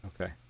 Okay